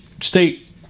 state